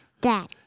Dad